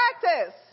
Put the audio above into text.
Practice